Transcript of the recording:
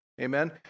Amen